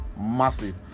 Massive